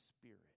Spirit